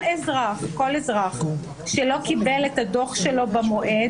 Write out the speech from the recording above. כל אזרח שלא קיבל את הדוח שלו במועד,